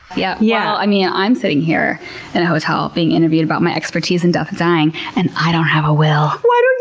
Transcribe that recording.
yeah yeah i'm yeah i'm sitting here in and a hotel being interviewed about my expertise in death and dying and i don't have a will. why don't